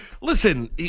listen